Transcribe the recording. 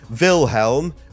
Wilhelm